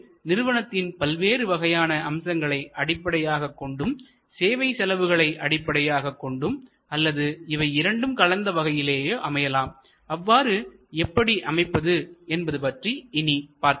இவை நிறுவனத்தின் பல்வேறு வகையான அம்சங்களை அடிப்படையாகக் கொண்டும் சேவை செலவுகளை அடிப்படையாகக் கொண்டும் அல்லது இவை இரண்டும் கலந்த வகையிலோ அமையலாம் அவ்வாறு எப்படி அமைப்பது என்பது பற்றி இனி பார்க்கலாம்